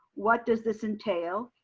what does this entail?